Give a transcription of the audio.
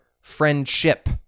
friendship